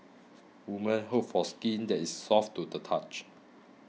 women hope for skin that is soft to the touch